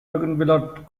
bougainville